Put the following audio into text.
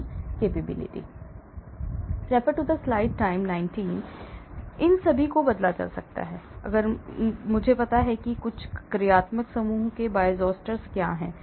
इसलिए इन सभी को बदला जा सकता है अगर मुझे पता है कि कुछ कार्यात्मक समूहों के Bioisosteres क्या हैं